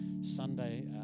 Sunday